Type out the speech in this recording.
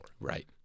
Right